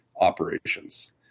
operations